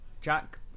Jack